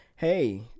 Hey